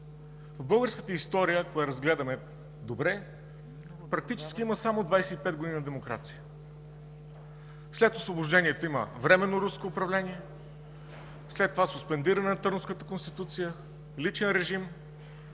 В българската история, ако я разгледаме добре, практически има само 25 години демокрация. След Освобождението има временно руско управление, след това суспендиране на Търновската конституция, личен режим,